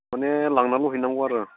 माने लांनांगौ हैनांगौ आरो